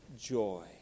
joy